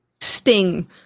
sting